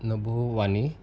नभोवाणी